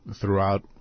throughout